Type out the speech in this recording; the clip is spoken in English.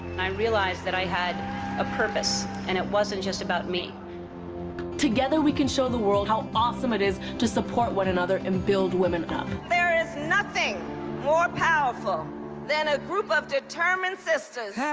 i realized that i had a purpose, and it wasn't just about me together we can show the world how awesome it is to support one another and build women up there is nothing more powerful than a group of determined sisters